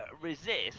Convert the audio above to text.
resist